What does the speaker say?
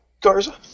Garza